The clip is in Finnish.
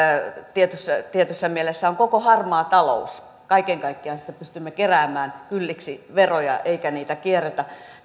tietyssä tietyssä mielessä on koko harmaa talous kaiken kaikkiaan se että pystymme keräämään kylliksi veroja eikä niitä kierretä